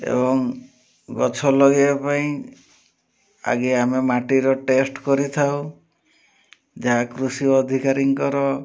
ଏବଂ ଗଛ ଲଗେଇବା ପାଇଁ ଆଗେ ଆମେ ମାଟିର ଟେଷ୍ଟ କରିଥାଉ ଯାହା କୃଷି ଅଧିକାରୀଙ୍କର